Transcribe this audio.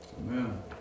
Amen